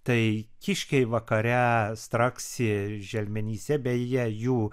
tai kiškiai vakare straksi želmenyse beje jų